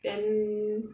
then